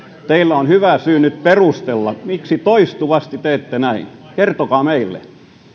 teillä on hyvä syy nyt perustella miksi toistuvasti teette näin kertokaa meille